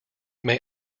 may